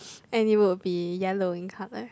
and it would be yellow in color